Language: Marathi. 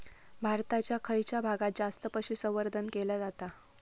भारताच्या खयच्या भागात जास्त पशुसंवर्धन केला जाता?